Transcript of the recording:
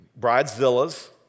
Bridezilla's